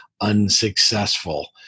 unsuccessful